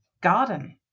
garden